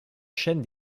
chaîne